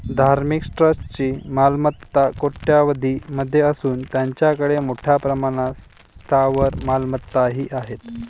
धार्मिक ट्रस्टची मालमत्ता कोट्यवधीं मध्ये असून त्यांच्याकडे मोठ्या प्रमाणात स्थावर मालमत्ताही आहेत